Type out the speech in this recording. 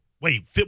Wait